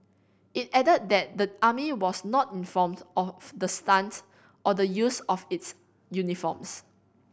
it added that the army was not informed of the stunt or the use of its uniforms